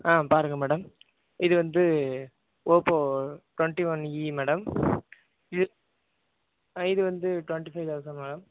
பாருங்கள் மேடம் இது வந்து Oppo twenty one E madam இது இது வந்து டொண்ட்டி ஃபைவ் தௌசண்ட் மேடம்